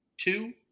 two